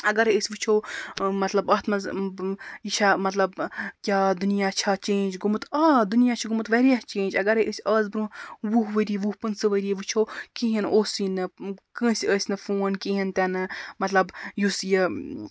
اَگرَے أسۍ وٕچھو مَطلب اَتھ منٛز یہِ چھےٚ مطلب کیٛاہ دُنیا چھےٚ چینٛج گوٚمُت آ دُنیا چھُ گوٚمُت واریاہ چینٛج اَگرَے أسۍ آز برٛونٛہہ وُہ ؤری وُہ پٕنٛژٕ ؤری وٕچھو کِہیٖنۍ اوسُے نہٕ کٲنٛسہِ ٲسۍ نہٕ فون کِہیٖنۍ تہِ نہٕ مطلب یُس یہِ